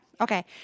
Okay